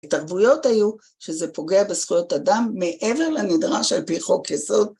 התרבויות היו שזה פוגע בזכויות אדם מעבר לנדרש על פי חוק יסוד.